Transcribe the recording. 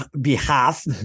behalf